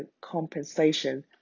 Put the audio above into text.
compensation